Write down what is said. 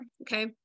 Okay